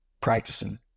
practicing